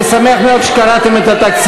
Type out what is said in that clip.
שמולי, אני שמח מאוד שקראתם את התקציב,